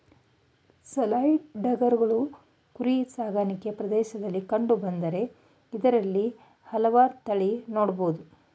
ಸೇಲ್ಯಾರ್ಡ್ಗಳು ಕುರಿ ಸಾಕಾಣಿಕೆ ಪ್ರದೇಶ್ದಲ್ಲಿ ಕಂಡು ಬರ್ತದೆ ಇದ್ರಲ್ಲಿ ಹಲ್ವಾರ್ ತಳಿ ನೊಡ್ಬೊದು